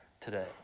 today